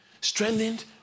Strengthened